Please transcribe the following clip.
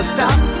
stop